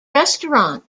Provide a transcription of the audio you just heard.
restaurant